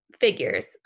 figures